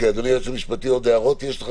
אדוני היועץ המשפטי, יש לך